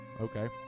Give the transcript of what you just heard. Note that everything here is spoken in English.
Okay